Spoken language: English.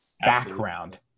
background